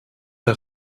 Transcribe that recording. der